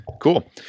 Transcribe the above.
Cool